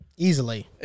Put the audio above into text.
Easily